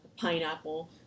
pineapple